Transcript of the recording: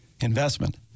investment